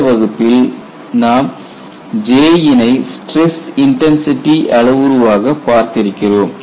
இந்த வகுப்பில் நாம் J யினை ஸ்டிரஸ் இன்டென்சிட்டி அளவுருவாக பார்த்திருக்கிறோம்